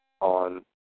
on